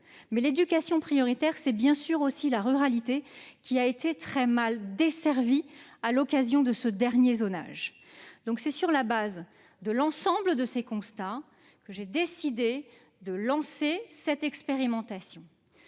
l'éducation prioritaire concerne aussi la ruralité, laquelle a été très mal desservie à l'occasion de ce dernier zonage. C'est donc sur la base de l'ensemble de ces constats que j'ai décidé de lancer cette expérimentation.